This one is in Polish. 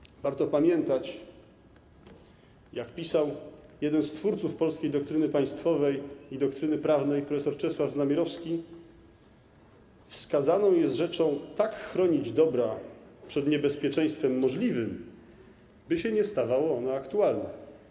Przy tym warto pamiętać o tym, co pisał jeden z twórców polskiej doktryny państwowej i doktryny prawnej prof. Czesław Znamierowski: wskazaną jest rzeczą tak chronić dobra przed niebezpieczeństwem możliwym, by się ono nie stawało aktualne.